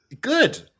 Good